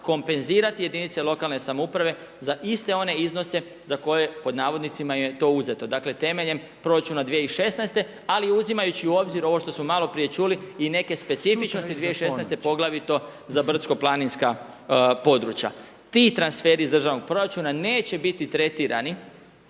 kompenzirati jedinice lokalne samouprave za iste one iznose za koje je to „uzeto“. Dakle temeljem proračuna 2016., ali uzimajući u obzir ovo što smo malo prije čuli i neke specifičnosti 2016. poglavito za brdsko-planinska područja. Ti transferi iz državnog proračuna neće biti tretirani